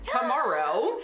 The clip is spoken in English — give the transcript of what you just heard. tomorrow